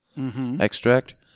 extract